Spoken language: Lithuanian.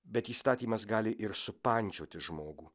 bet įstatymas gali ir supančioti žmogų